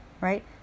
right